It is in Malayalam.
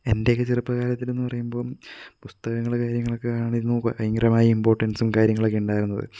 എൻ്റെയൊക്കെ ചെറുപ്പകാലത്തിലെന്നു പറയുമ്പോൾ പുസ്തകങ്ങൾ കാര്യങ്ങളൊക്കെ ആണെങ്കിൽ ഭയങ്കരമായ ഇമ്പോർട്ടൻസും കാര്യങ്ങളൊക്കെ ഉണ്ടായിരുന്നത്